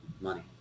Money